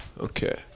Okay